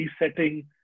resetting